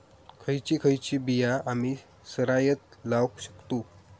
खयची खयची बिया आम्ही सरायत लावक शकतु?